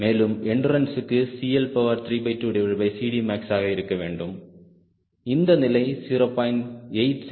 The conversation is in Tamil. மேலும் எண்டுரன்ஸ் க்கு maxஆக இருக்க வேண்டும் இந்த நிலை 0